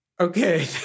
Okay